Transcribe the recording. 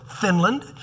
Finland